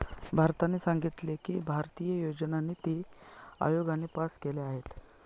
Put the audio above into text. भारताने सांगितले की, भारतीय योजना निती आयोगाने पास केल्या आहेत